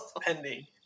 pending